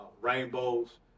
rainbows